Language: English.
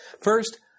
First